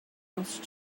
else